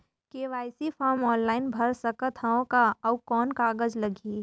KYC form online भर सकत हवं का? अउ कौन कागज लगही?